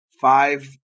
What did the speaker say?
five